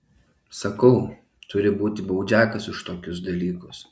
sakau turi būti baudžiakas už tokius dalykus